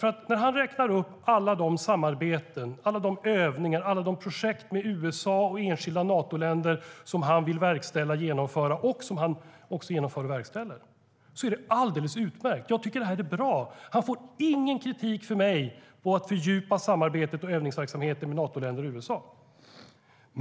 Han räknar upp alla de samarbeten, övningar och projekt med USA och enskilda Natoländer som han vill verkställa och genomföra, och som han också genomför och verkställer, och det är alldeles utmärkt. Jag tycker att det är bra! Han får ingen kritik från mig när det gäller att fördjupa samarbetet och övningsverksamheter med Natoländer och USA.